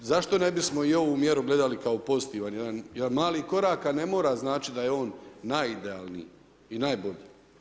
I zašto ne bismo i ovu mjeru gledali kao pozitivan jedan, jedan mali korak, a ne mora značiti da je on najidealniji i najbolji.